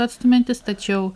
atstumiantis tačiau